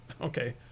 Okay